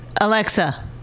Alexa